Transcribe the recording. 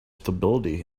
stability